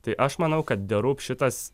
tai aš manau kad the roop šitas